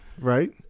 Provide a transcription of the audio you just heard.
Right